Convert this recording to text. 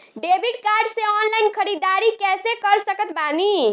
Debit card से online ख़रीदारी कैसे कर सकत बानी?